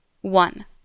One